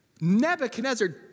Nebuchadnezzar